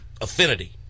affinity